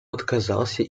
отказался